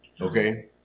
okay